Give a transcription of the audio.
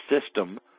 system